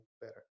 better